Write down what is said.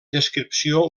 descripció